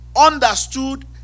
understood